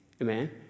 Amen